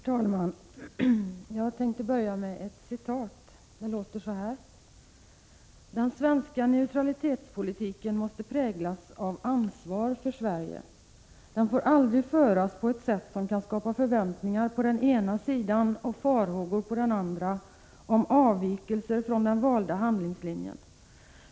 Herr talman! Jag vill börja med ett citat: ”Den svenska neutralitetspolitiken måste präglas av ansvar för Sverige. Den får aldrig föras på ett sätt som kan skapa förväntningar på den ena sidan eller farhågor på den andra om avvikelser från den valda handlingslinjen.